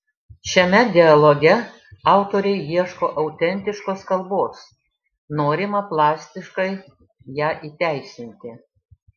šiame dialoge autoriai ieško autentiškos kalbos norima plastiškai ją įteisinti